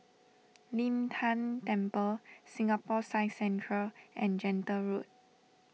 Lin Tan Temple Singapore Science Centre and Gentle Road